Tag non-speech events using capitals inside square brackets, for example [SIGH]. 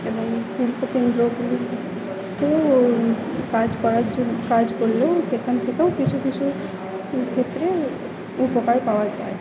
এবং শিল্প কেন্দ্র [UNINTELLIGIBLE] তো কাজ করার [UNINTELLIGIBLE] কাজ করলেও সেখান থেকেও কিছু কিছু ক্ষেত্রে উপকার পাওয়া যায়